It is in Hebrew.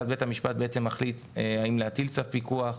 ואז בית המשפט מחליט האם להטיל צו פיקוח,